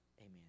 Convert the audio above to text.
Amen